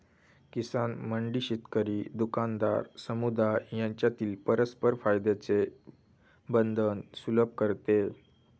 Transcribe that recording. किसान मंडी शेतकरी, दुकानदार, समुदाय यांच्यातील परस्पर फायद्याचे बंधन सुलभ करते